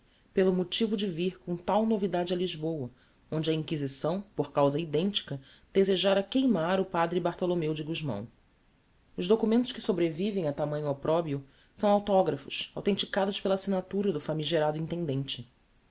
pelo motivo de vir com tal novidade a lisboa onde a inquisição por causa identica desejára queimar o padre bartholomeu de gusmão os documentos que sobrevivem a tamanho opprobio são autographos authenticados pela assignatura do famigerado intendente